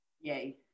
Yay